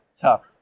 tough